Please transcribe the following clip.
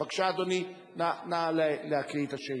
בבקשה, אדוני, נא להקריא את השאילתא.